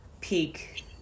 peak